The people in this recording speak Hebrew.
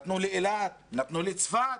נתנו לאילת, נתנו לצפת,